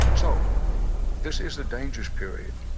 so this is a dangerous period.